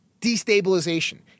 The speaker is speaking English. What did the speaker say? destabilization